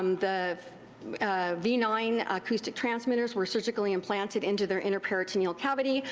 um the v nine acoustic transmitters were surgically implanted into their inner peritoneal cavity.